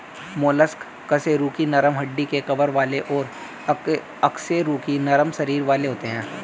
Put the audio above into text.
mollusc कशेरुकी नरम हड्डी के कवर वाले और अकशेरुकी नरम शरीर वाले होते हैं